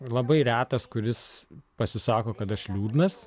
labai retas kuris pasisako kad aš liūdnas